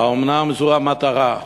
האומנם זו המטרה?